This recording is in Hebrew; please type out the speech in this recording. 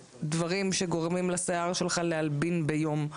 דברים שגורמים לשיער שלך להלבין ביום.